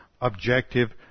objective